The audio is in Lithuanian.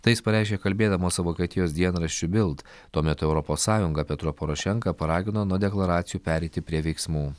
tai jis pareiškė kalbėdamas su vokietijos dienraščiu bild tuo metu europos sąjungą petro porošenka paragino nuo deklaracijų pereiti prie veiksmų